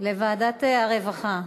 לוועדת הרווחה.